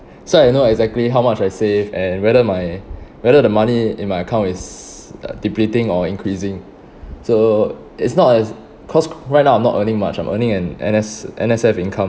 so I know exactly how much I save and whether my whether the money in my account is uh depleting or increasing so it's not as cause right now I'm not earning much I'm earning an N_S N_S_F income